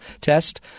test